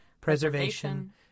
preservation